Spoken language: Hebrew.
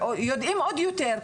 ויודעים עוד יותר,